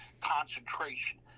concentration